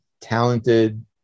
talented